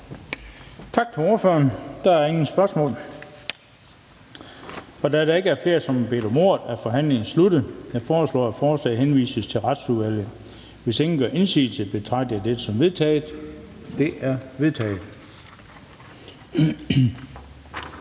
Tak til ordføreren. Der er ingen spørgsmål. Da der ikke er flere, som har bedt om ordet, er forhandlingen sluttet. Jeg foreslår, at forslaget henvises til Retsudvalget. Hvis ingen gør indsigelse, betragter jeg dette som vedtaget. Det er vedtaget.